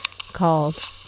called